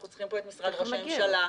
אנחנו צריכים פה את משרד ראש הממשלה.